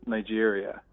Nigeria